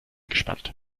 gespannt